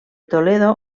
toledo